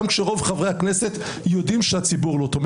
גם כשרוב חברי הכנסת יודעים שהציבור לא תומך.